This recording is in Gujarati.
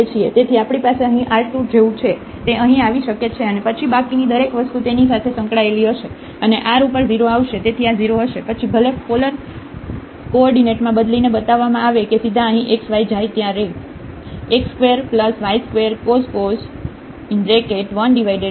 તેથી આપણી પાસે અહીં R2 જેવું છે તે અહીં આવી શકે છે અને પછી બાકીની દરેક વસ્તુ તેની સાથે સંકળાયેલી હશે અને r ઉપર 0 આવશે તેથી આ 0 હશે પછી ભલે પોલર કોઓર્ડિનેટમાં બદલીને બતાવવામાં આવે કે સીધા અહીં xy જાય ત્યારે